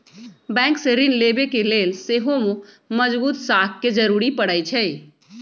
bank से ऋण लेबे के लेल सेहो मजगुत साख के जरूरी परै छइ